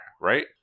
right